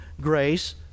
grace